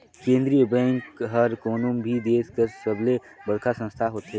केंद्रीय बेंक हर कोनो भी देस कर सबले बड़खा संस्था होथे